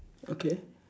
okay